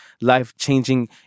life-changing